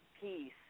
peace